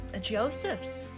Joseph's